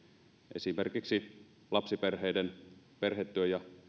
esimerkiksi lapsiperheiden perhetyön ja